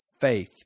faith